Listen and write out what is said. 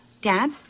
Dad